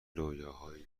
رویاهایی